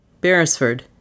Beresford